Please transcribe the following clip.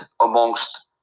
amongst